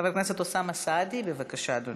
חבר הכנסת אוסאמה סעדי, בבקשה, אדוני.